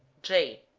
j.